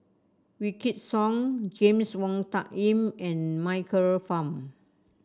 Wykidd Song James Wong Tuck Yim and Michael Fam